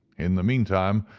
in the meantime,